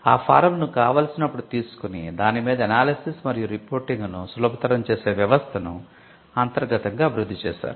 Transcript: ఆ ఫారం ను కావాల్సినప్పుడు తీసుకుని దాని మీద ఎనాలిసిస్ మరియు రిపోర్టింగ్ను సులభతరం చేసే వ్యవస్థను అంతర్గతంగా అభివృద్ధి చేశారు